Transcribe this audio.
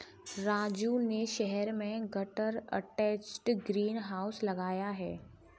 राजू ने शहर में गटर अटैच्ड ग्रीन हाउस लगाया है